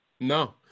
no